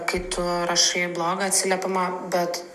kai tu rašai blogą atsiliepimą bet